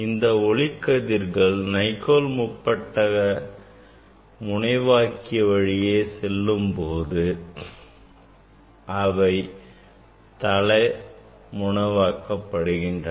இந்த ஒளிக்கதிர்கள் Nicol முப்பட்டக முனைவாக்கி வழியே செல்லும்போது அவை தள முனைவாக்கப்படுகின்றன